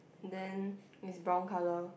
then is brown color